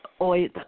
Oi